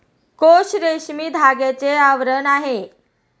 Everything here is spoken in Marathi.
कोश रेशमी धाग्याचे आवरण आहे